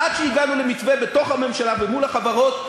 עד שהגענו למתווה בתוך הממשלה ומול החברות,